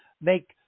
make